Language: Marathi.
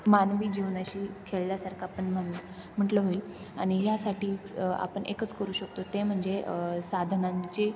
मानवी जीवनाशी खेळल्यासारखं आपण म्हन म्हटलं होईल आणि ह्यासाठीच आपण एकच करू शकतो ते म्हणजे साधनांचे